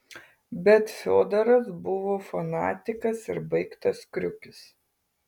bet fiodoras buvo fanatikas ir baigtas kriukis